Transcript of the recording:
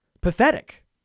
pathetic